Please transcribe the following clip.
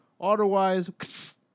otherwise